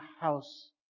house